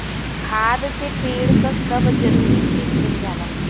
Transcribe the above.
खाद से पेड़ क सब जरूरी चीज मिल जाला